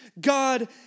God